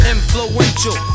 Influential